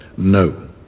No